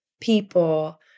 people